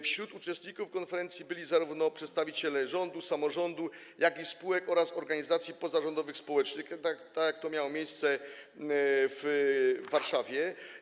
Wśród uczestników konferencji byli przedstawiciele zarówno rządu, samorządu, jak i spółek oraz organizacji pozarządowych, społecznych, tak jak to miało miejsce w Warszawie.